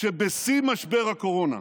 שבשיא משבר הקורונה,